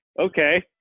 okay